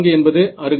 என்பது அருகலை